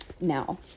now